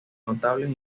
notables